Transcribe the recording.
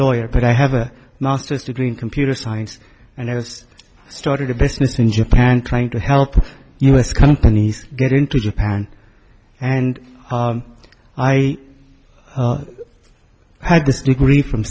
lawyer but i have a master's degree in computer science and i just started a business in japan trying to help u s companies get into japan and i had this degree from